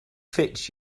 fits